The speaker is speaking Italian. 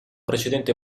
precedente